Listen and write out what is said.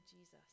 jesus